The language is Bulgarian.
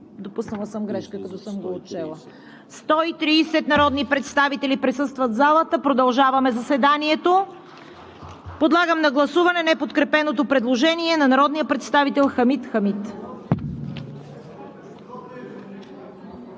допуснала съм грешка, като съм го отчела. 130 народни представители присъстват в залата! Продължаваме заседанието. Подлагам на гласуване неподкрепеното предложение на народния представител Хамид Хамид.